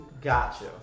gotcha